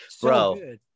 Bro